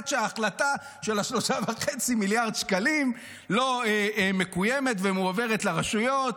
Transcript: עד שההחלטה של 3.5 מיליארד שקלים לא מקוימת ומועברת לרשויות.